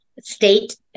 state